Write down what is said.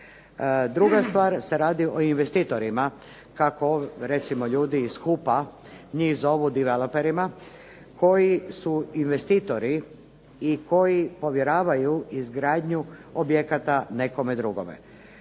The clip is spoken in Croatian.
Druga stvar se radi o investitorima kako recimo ljudi iz HUP-a njih zovu developerima koji su investitori i koji povjeravaju izgradnju objekata nekome drugome.